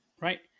Right